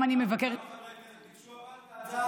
כמה חברי כנסת ביקשו את ההצעה?